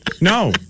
no